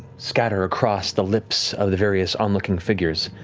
scatter across the lips of the various onlooking figures.